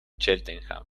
cheltenham